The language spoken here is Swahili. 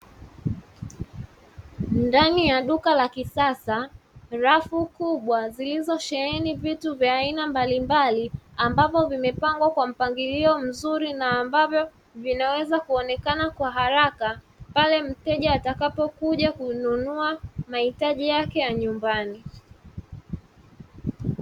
Ndani ya duka la kisasa rafu kubwa zilizosheheni vitu vya aina mbalimbali, ambavyo vimepangwa kwa mpangilio mzuri na ambavyo vinaweza kuonekana kwa haraka, pale mteja atakapo kuja kununua mahitaji yake ya nyumbani.